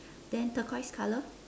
then turquoise color